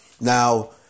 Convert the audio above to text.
Now